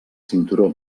cinturó